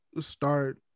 start